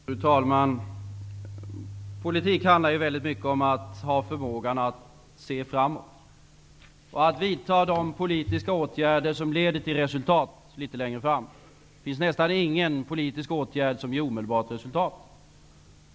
Fru talman! Politik handlar ju mycket om att ha förmåga att se framåt och att vidta de politiska åtgärder som leder till resultat längre fram. Det finns nästan ingen politisk åtgärd som ger omedelbart resultat.